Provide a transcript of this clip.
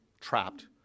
trapped